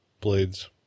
blades